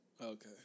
Okay